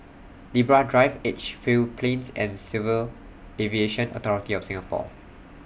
Libra Drive Edgefield Plains and Civil Aviation Authority of Singapore